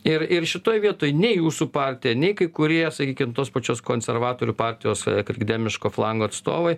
ir ir šitoj vietoj nei jūsų partija nei kai kurie sakykim tos pačios konservatorių partijos krikdemiško flango atstovai